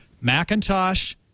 Macintosh